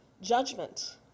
judgment